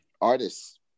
Artists